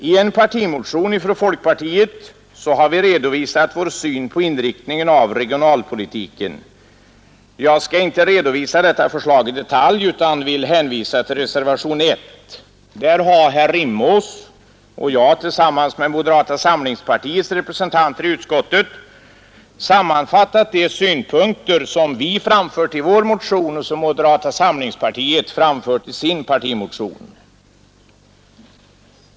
I en partimotion från folkpartiet har vi redovisat vår syn på inriktningen av regionalpolitiken. Jag skall inte redovisa detta förslag i detalj utan vill hänvisa till reservationen 1. Där har herr Rimås och jag, tillsammans med moderata samlingspartiets representanter i utskottet, sammanfattat de synpunkter vi framfört i vår motion och de som moderata samlingspartiet framfört i sin partimotion.